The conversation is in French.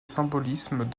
symbolisme